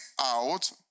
out